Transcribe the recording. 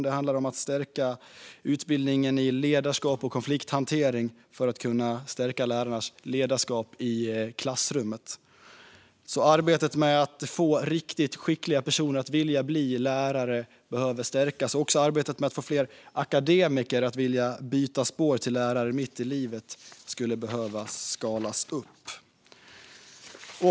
Det handlar om att stärka utbildningen i ledarskap och konflikthantering för att kunna stärka lärarnas ledarskap i klassrummet. Arbetet med att få riktigt skickliga personer att vilja bli lärare behöver stärkas. Också arbetet med att få fler akademiker att vilja byta spår och bli lärare mitt i livet skulle behöva skalas upp.